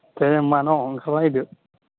दे होमब्ला न ओंखारलायदो